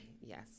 Yes